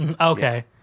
Okay